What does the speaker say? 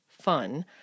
fun